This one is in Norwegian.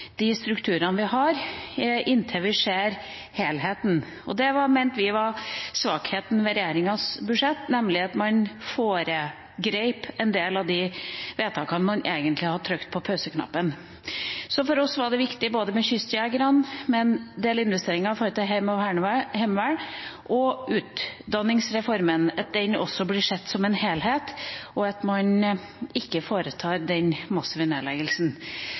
de strukturene vi har, inntil vi ser helheten. Det mente vi var svakheten ved regjeringens budsjett, nemlig at man foregrep en del av de vedtakene der man egentlig har trykt på pauseknappen. For oss var det viktig med kystjegere, med en del investeringer til Hæren og Heimevernet, og med utdanningsreformen, at den også blir sett som en helhet, og at man ikke foretar den massive nedleggelsen.